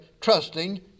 trusting